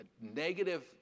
negative